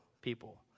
people